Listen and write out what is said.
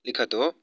लिखतु